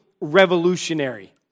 revolutionary